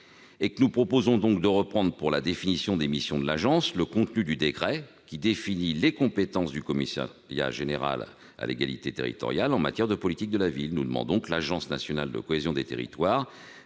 noir. Nous proposons donc de reprendre pour la définition des missions de l'agence le contenu du décret qui définit les compétences du commissariat général à l'égalité des territoires en matière de politique de la ville. Nous demandons que l'agence nationale de la cohésion des territoires